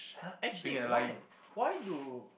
actually why why do